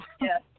Yes